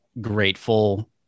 grateful